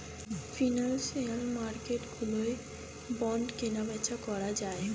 financial মার্কেটগুলোয় bond কেনাবেচা করা যায়